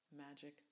magic